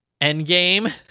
Endgame